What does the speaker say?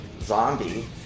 zombie